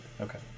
Okay